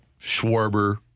Schwarber